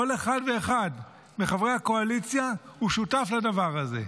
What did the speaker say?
כל אחד ואחד מחברי הקואליציה הוא שותף לדבר הזה.